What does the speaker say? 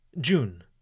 June